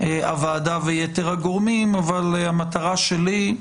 הוועדה ויתר הגורמים אבל המטרה שלי היא,